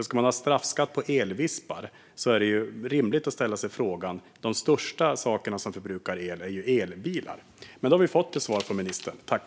Ska man ha straffskatt på elvispar är det rimligt att konstatera att de största saker som förbrukar el är elbilar. Men då har vi fått ett svar från ministern.